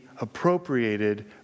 appropriated